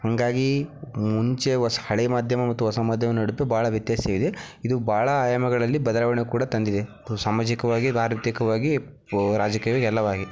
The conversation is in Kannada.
ಹಾಗಾಗಿ ಮುಂಚೆ ಹೊಸ ಹಳೆಯ ಮಾಧ್ಯಮ ಮತ್ತು ಹೊಸ ಮಾಧ್ಯಮ ನಡುವೆ ಭಾಳ ವ್ಯತ್ಯಾಸವಿದೆ ಇದು ಭಾಳ ಆಯಾಮಗಳಲ್ಲಿ ಬದಲಾವಣೆ ಕೂಡ ತಂದಿದೆ ಸಾಮಾಜಿಕವಾಗಿ ಆರ್ಥಿಕವಾಗಿ ರಾಜಕೀಯವಾಗಿ ಎಲ್ಲವಾಗಿ